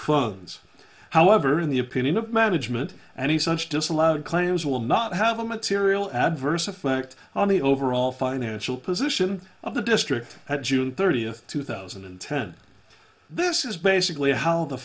phones however in the opinion of management and he such disallowed claims will not have a material adverse effect on the overall financial position of the district at june thirtieth two thousand and ten this is basically how the